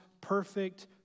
perfect